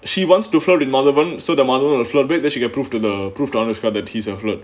she wants to flirt with madhavan so the madhavan will flirt back that she can prove to the prove to anushka that he's a flirt